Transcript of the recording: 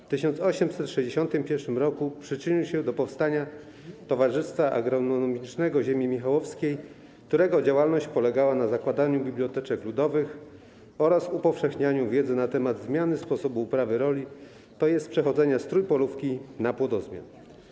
W 1861 roku przyczynił się do powstania Towarzystwa Agronomicznego Ziemi Michałowskiej, którego działalność polegała na zakładaniu biblioteczek ludowych oraz upowszechnianiu wiedzy na temat zmiany sposobu uprawy roli, tj. przechodzenia z trójpolówki na płodozmian.